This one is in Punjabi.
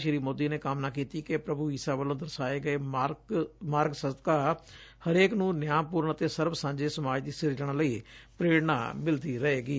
ਸ੍ਰੀ ਮੋਦੀ ਨੇ ਕਾਮਨਾ ਕੀਤੀ ਕਿ ਪ੍ਰਭੁ ਈਸਾ ਵਲੋਂ ਦਰਸਾਏ ਗਏ ਮਾਰਗ ਸਦਕਾ ਹਰੇਕ ਨੂੰ ਨਿਆਂਪੁਰਨ ਅਤੇ ਸਰਬ ਸਾਂਝੇ ਸਮਾਜ ਦੀ ਸਿਰਜਣਾ ਲਈ ਪ੍ਰੇਰਣਾ ਮਿਲਦੀ ਰਹੇਗੀ